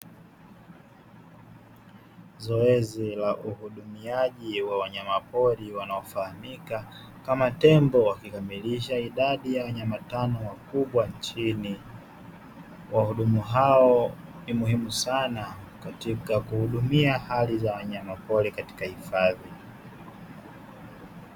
Zoezi la uhudumiaji wa wanyamapori wanaofahamika kama tembo wakikamilisha idadi ya wanyama tano wakubwa nchini. Wahudumu hao ni muhimu sana katika kuhudumia hali za wanyamapori katika hifadhi.